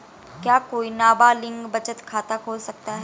क्या कोई नाबालिग बचत खाता खोल सकता है?